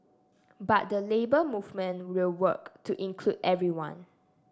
but the Labour Movement will work to include everyone